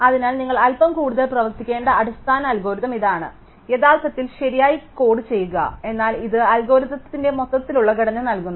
അതിനാൽ നിങ്ങൾ അൽപ്പം കൂടുതൽ പ്രവർത്തിക്കേണ്ട അടിസ്ഥാന അൽഗോരിതം ഇതാണ് യഥാർത്ഥത്തിൽ ശരിയായി കോഡ് ചെയ്യുക എന്നാൽ ഇത് അൽഗോരിത്തിന്റെ മൊത്തത്തിലുള്ള ഘടന നൽകുന്നു